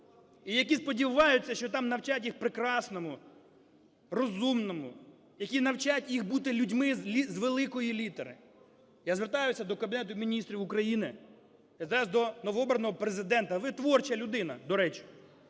і які сподіваються, що там навчать їх прекрасному, розумному, які навчать їх бути людьми з великої літери. Я звертаюсь до Кабінету Міністрів України. Я звертаюсь до новообраного Президента. Ви – творча людина, до речі.